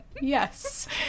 yes